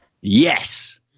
yes